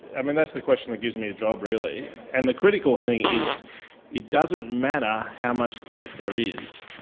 i mean that's the question that gives me a job really and the critical thing is it doesn't matter how much threat there is,